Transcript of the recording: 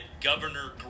Governor